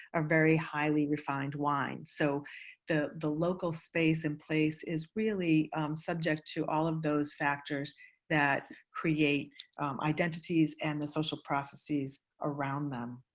a very highly-refined wine. so the the local space and place is really subject to all of those factors that create identities and the social processes around them.